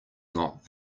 not